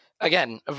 again